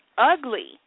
ugly